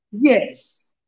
Yes